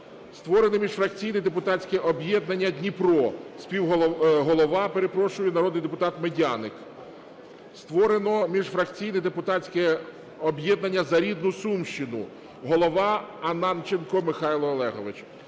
Створене міжфракційне депутатське об'єднання "Дніпро", співголова… голова, перепрошую, народний депутат Медяник. Створено міжфракційне депутатське об'єднання "За рідну Сумщину", голова - Ананченко Михайло Олегович.